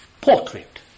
portrait